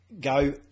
go